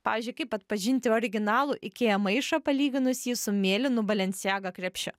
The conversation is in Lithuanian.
pavyzdžiui kaip atpažinti originalų ikea maišą palyginus jį su mėlynu balenciaga krepšiu